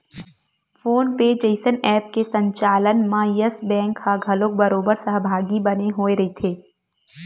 phone पे जइसन app के संचालन म यस बेंक ह घलोक बरोबर सहभागी बने होय रहिथे